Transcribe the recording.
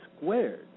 squared